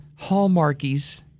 Hallmarkies